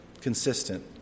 consistent